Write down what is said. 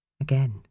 Again